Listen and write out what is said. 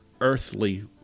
earthly